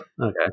Okay